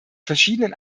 verschiedenen